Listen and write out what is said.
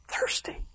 thirsty